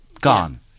Gone